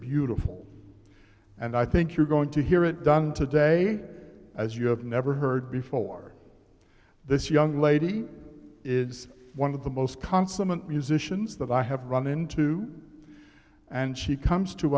beautiful and i think you're going to hear it done today as you have never heard before this young lady is one of the most consummate musicians that i have run into and she comes to